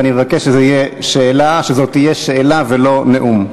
ואני מבקש שזו תהיה שאלה ולא נאום.